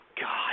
God